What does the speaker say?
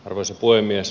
arvoisa puhemies